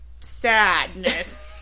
Sadness